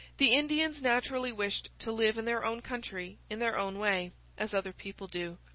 the indians naturally wished to live in their own country in their own way as other people do.